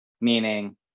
meaning